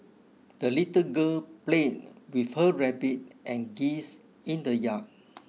the little girl played with her rabbit and geese in the yard